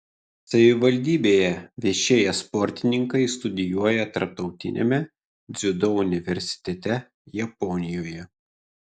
savivaldybėje viešėję sportininkai studijuoja tarptautiniame dziudo universitete japonijoje